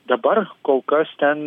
dabar kol kas ten